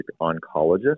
oncologist